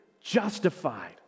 justified